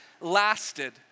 lasted